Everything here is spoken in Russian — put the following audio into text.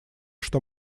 что